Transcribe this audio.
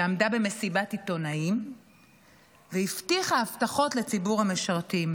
שעמדה במסיבת עיתונאים והבטיחה הבטחות לציבור המשרתים?